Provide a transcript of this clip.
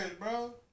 bro